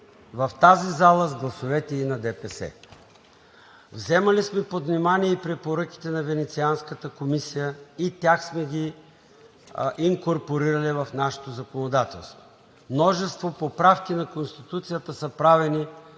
в тази зала, с гласовете и на ДПС. Взимали сме под внимание и препоръките на Венецианската комисия и тях сме ги инкорпорирали в нашето законодателство. Множество поправки на Конституцията са правени